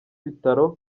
ibitaro